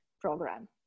program